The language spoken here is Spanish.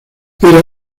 era